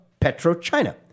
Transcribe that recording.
PetroChina